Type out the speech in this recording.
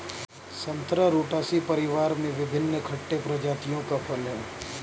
संतरा रुटासी परिवार में विभिन्न खट्टे प्रजातियों का फल है